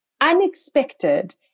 unexpected